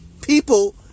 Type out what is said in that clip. People